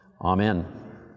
Amen